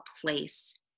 place